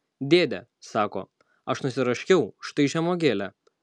dėde sako aš nusiraškiau štai žemuogėlę